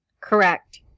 Correct